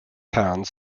hound